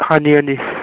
ਹਾਂਜੀ ਹਾਂਜੀ